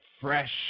fresh